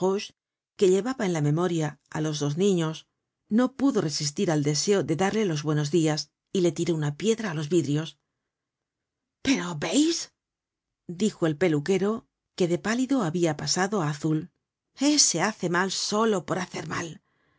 que llevaba en la memoria á los dos niños no pudo resistir al deseo de darle los buenos dias y le tiró una piedra á los vidrios content from google book search generated at pero veis dijo el peluquero que de pálido habia pasado á azul ese hace mal solo por hacer mal